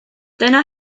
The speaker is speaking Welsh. dyna